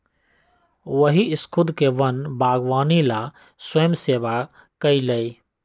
वही स्खुद के वन बागवानी ला स्वयंसेवा कई लय